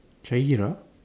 Shaheera